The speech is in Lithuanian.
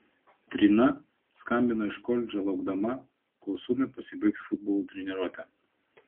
trina skambino iš koledžo laukdama kol sūnui pasibaigs futbolo treniruotė